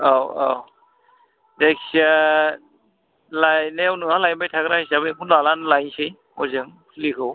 औ औ जायखिया लायनायाव नोंहा लायबायथाग्रा हिसाबै नोंखौनो लानानै लायसै हजों फुलिखौ